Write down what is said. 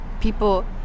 people